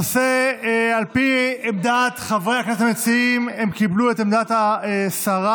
על פי עמדת חברי הכנסת המציעים הם קיבלו את עמדת השרה,